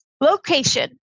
location